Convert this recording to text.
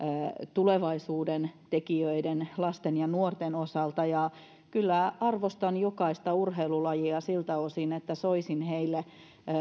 tulevaisuuden tekijöiden lasten ja nuorten osalta kyllä arvostan jokaista urheilulajia siltä osin että soisin niille